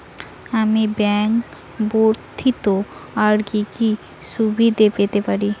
আমি ব্যাংক ব্যথিত আর কি কি সুবিধে পেতে পারি?